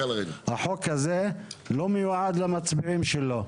החוק הזה לא מיועד למצביעים שלו.